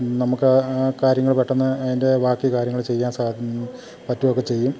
നമുക്ക് ആ കാര്യങ്ങൾ പെട്ടെന്ന് അതിൻ്റെ ബാക്കി കാര്യങ്ങള് ചെയ്യാൻ പറ്റുകയും ഒക്കെ ചെയ്യും